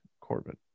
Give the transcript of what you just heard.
Corbin